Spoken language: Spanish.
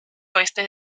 oeste